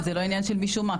זה לא עניין של משום מה,